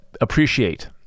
appreciate